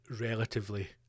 relatively